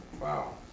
Wow